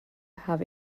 have